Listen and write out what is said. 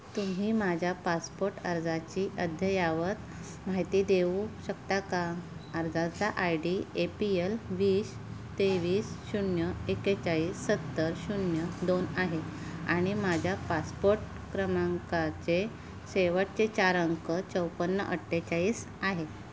तुम्ही माझ्या पासपोट अर्जाची अद्ययावत माहिती देऊ शकता का अर्जाचा I D A P L वीस तेवीस शून्य एक्केचाळीस सत्तर शून्य दोन आहे आणि माझ्या पासपोट क्रमांकाचे शेवटचे चार अंक चोपन्न अठ्ठेचाळीस आहे